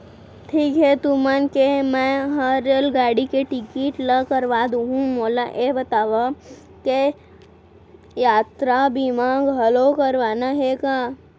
ठीक हे तुमन के मैं हर रेलगाड़ी के टिकिट ल करवा दुहूँ, मोला ये बतावा के यातरा बीमा घलौ करवाना हे का?